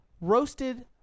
Roasted